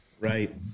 Right